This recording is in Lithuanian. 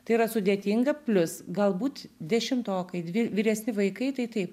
tai yra sudėtinga plius galbūt dešimtokai dvi vyresni vaikai tai taip